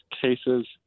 cases